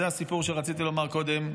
זה הסיפור שרציתי לומר קודם,